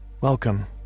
welcome